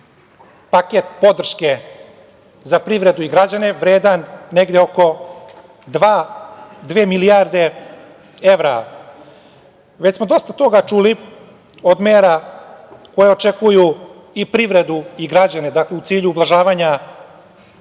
paket podrške za privredu i građane vredan negde oko dve milijarde evra. Već smo dosta toga čuli od mera koje očekuju i privredu i građane u cilju ublažavanja